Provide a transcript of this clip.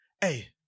hey